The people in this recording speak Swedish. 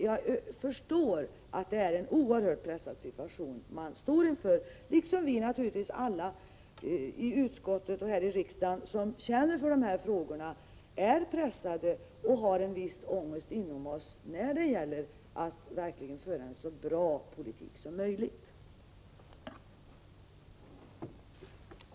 Jag förstår att det är en oerhört pressad situation man befinner sig i— på samma sätt som alla vi i utskottet och här i riksdagen som känner för de här frågorna är pressade och känner en viss ångest inom oss och verkligen vill åstadkomma en så bra politik som möjligt på det här området.